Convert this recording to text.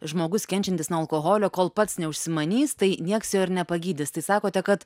žmogus kenčiantis nuo alkoholio kol pats neužsimanys tai nieks jo ir nepagydys tai sakote kad